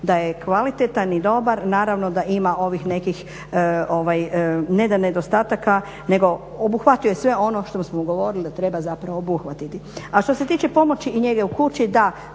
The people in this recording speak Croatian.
da je kvalitetan i dobar, naravno da ima ovih nekih ne nedostataka nego obuhvatio je sve ono što smo govorili da treba zapravo obuhvatiti. A što se tiče pomoći i njege u kući, da,